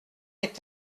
est